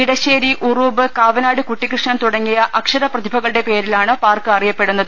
ഇടശ്ശേരി ഉറൂബ് കാവനാട് കുട്ടികൃഷ്ണൻ തുടങ്ങിയ അക്ഷര പ്രതിഭകളുടെ പേരിലാണ് പാർക്ക് അറിയപ്പെടുന്നത്